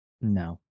No